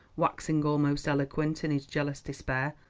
waxing almost eloquent in his jealous despair,